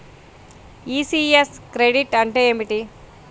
ECS credit అంటే ఏమిటి?